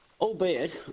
albeit